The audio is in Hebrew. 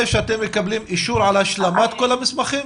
שאתם מקבלים אישור על השלמת כל המסמכים?